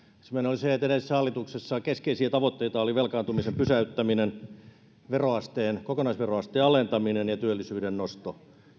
ensimmäinen on se että edellisessä hallituksessa keskeisiä tavoitteita olivat velkaantumisen pysäyttäminen kokonaisveroasteen alentaminen ja työllisyyden nosto